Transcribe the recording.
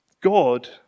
God